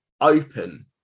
open